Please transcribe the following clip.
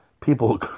people